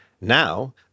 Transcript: now